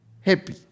happy